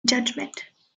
judgment